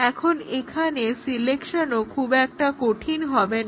এখন এখানে সিলেকশনও খুব একটা কঠিন হবে না